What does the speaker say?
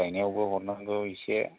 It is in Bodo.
गाइनायावबो हरनांगौ एसे